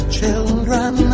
children